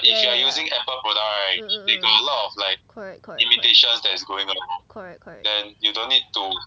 yeah yeah yeah mm mm mm correct correct correct correct correct